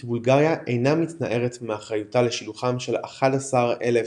כי בולגריה אינה מתנערת מאחריותה לשילוחם של 11,000